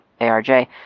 arj